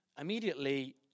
Immediately